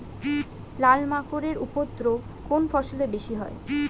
লাল মাকড় এর উপদ্রব কোন ফসলে বেশি হয়?